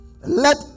Let